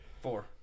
Four